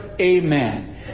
Amen